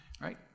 right